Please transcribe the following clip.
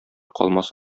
калмас